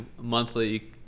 monthly